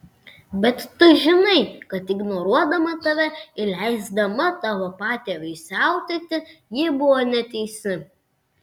bet tu žinai kad ignoruodama tave ir leisdama tavo patėviui siautėti ji buvo neteisi